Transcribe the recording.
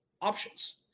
Options